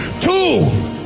two